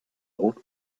wrote